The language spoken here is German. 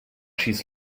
schieß